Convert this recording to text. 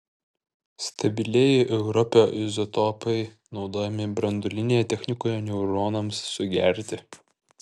stabilieji europio izotopai naudojami branduolinėje technikoje neutronams sugerti